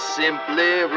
simply